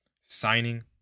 signing